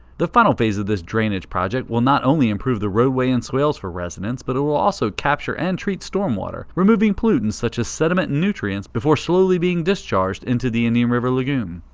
the final phase of this drainage project will not only improve the roadway and swales for residents, but it will also capture and treat stormwater. removing pollutants such as sediment and nutrients before slowly being discharged into the indian river lagoon.